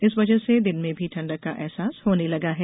इस वजह से दिन में भी ठंडक का अहसास होने लगा है